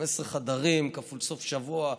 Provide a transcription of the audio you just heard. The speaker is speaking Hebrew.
15 חדרים כפול סוף שבוע,